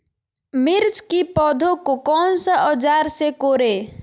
मिर्च की पौधे को कौन सा औजार से कोरे?